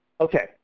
Okay